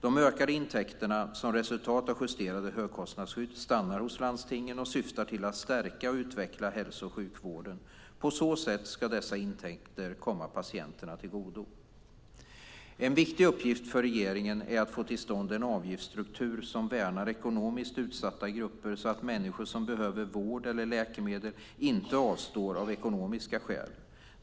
De ökade intäkterna, som resultat av justerade högkostnadsskydd, stannar hos landstingen och syftar till att stärka och utveckla hälso och sjukvården. På så sätt ska dessa intäkter komma patienterna till godo. En viktig uppgift för regeringen är att få till stånd en avgiftsstruktur som värnar ekonomiskt utsatta grupper så att människor som behöver vård eller läkemedel inte avstår av ekonomiska skäl.